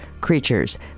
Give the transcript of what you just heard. creatures